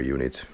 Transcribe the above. Unit